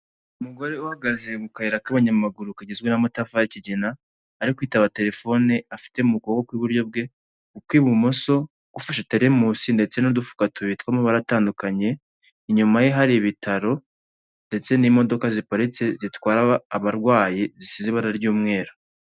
Umugore uhagaze mu kayira k'abanyamaguru kagizwe n'amatafari y'ikigina ari kwitaba telefone afite mu kuboko kw'iburyo bwe, ukw'ibumoso gufashe teremusi ndetse n'udufuka tubiri tw'amabara atandukanye, inyuma ye hari ibitaro ndetse n'imodoka ziparitse zitwara abarwayi zisize ibara ry'umweru.